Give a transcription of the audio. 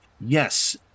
Yes